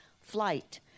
flight